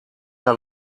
mehr